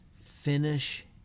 finish